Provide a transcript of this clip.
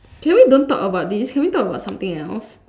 can we don't talk about this can we talk about something else